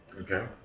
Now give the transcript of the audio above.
Okay